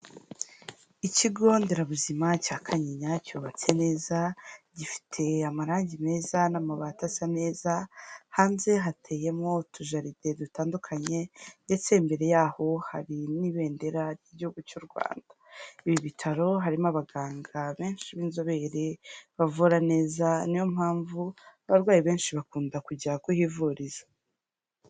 Ikigo nderabuzima cya Kanyinya cyubatse neza, gifite amarangi meza n'amabati asa neza, hanze hateyemo utujaride dutandukanye ndetse imbere yaho hari n'ibendera ry'igihugu cy'u Rwanda, ibi bitaro harimo abaganga benshi b'inzobere bavura neza, niyo mpamvu abarwayi benshi bakunda kujya kuhivuriza.